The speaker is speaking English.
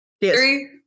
three